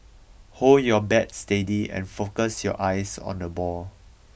hold your bat steady and focus your eyes on the ball